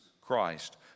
Christ